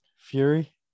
Fury